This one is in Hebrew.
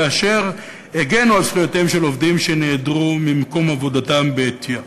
אשר הגנו על זכויותיהם של עובדים שנעדרו ממקום עבודתם בעטייה.